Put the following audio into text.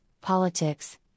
politics